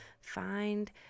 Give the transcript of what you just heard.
find